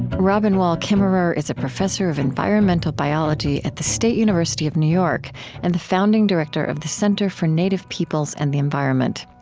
robin wall kimmerer is a professor of environmental biology at the state university of new york and the founding director of the center for native peoples and the environment.